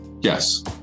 Yes